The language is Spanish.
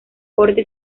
corte